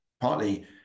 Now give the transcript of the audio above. partly